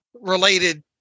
related